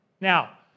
Now